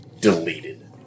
Deleted